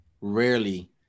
rarely